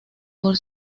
por